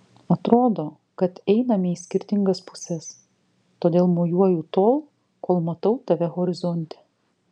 atrodo kad einame į skirtingas puses todėl mojuoju tol kol matau tave horizonte